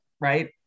right